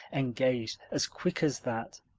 engaged as quick as that.